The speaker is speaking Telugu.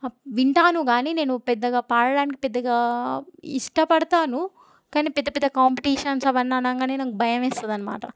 వింటాను కానీ నేను పెద్దగా పాడడానికి పెద్దగా ఇష్టపడతాను కానీ పెద్ద పెద్ద కాంపిటీషన్స్ అవన్నీ అనంగానే నాకు భయమేస్తదనమాట